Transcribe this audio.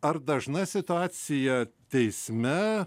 ar dažna situacija teisme